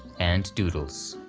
and doodles.